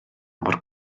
mor